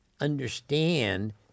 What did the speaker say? understand